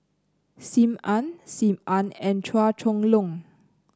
Sim Ann Sim Ann and Chua Chong Long